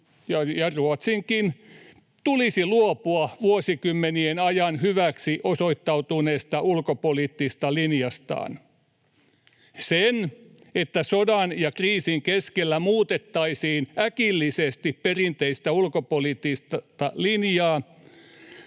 ja Ruotsinkin tulisi luopua vuosikymmenien ajan hyväksi osoittautuneesta ulkopoliittisesta linjastaan. Sen, että sodan ja kriisin keskellä muutettaisiin äkillisesti perinteistä ulkopoliittista linjaa,